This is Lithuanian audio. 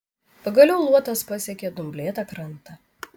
pagaliau luotas pasiekė dumblėtą krantą